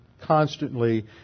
constantly